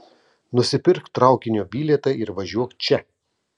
nusipirk traukinio bilietą ir važiuok čia